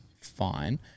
fine